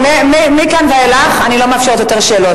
מכאן ואילך אני לא מאפשרת יותר שאלות,